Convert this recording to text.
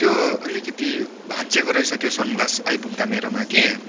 त्यो अलिकति भाँचिएको रहेछ त्यो सन ग्लास आइपुग्दा मेरोमा कि